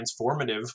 transformative